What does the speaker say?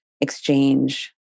exchange